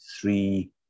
three